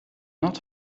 not